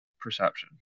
perception